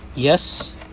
Yes